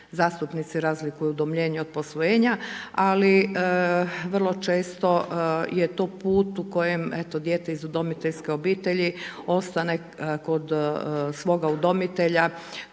zastupnici razlikuju udomljenje od posvojenja ali vrlo često je to put u kojem eto dijete iz udomiteljske obitelji ostane kod svoga udomitelja